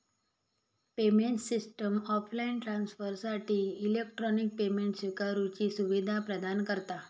payment system offline ट्रांसफरसाठी electronic payment स्विकारुची सुवीधा प्रदान करता